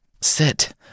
Sit